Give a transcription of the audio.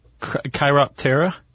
Chiroptera